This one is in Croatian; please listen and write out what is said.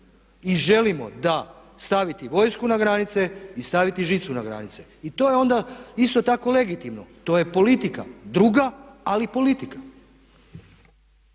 I želimo da, staviti vojsku na granice i staviti žicu na granice. I to je onda isto tako legitimno, to je politika druga, ali politika.